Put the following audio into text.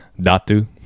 Datu